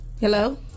Hello